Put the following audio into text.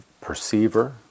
perceiver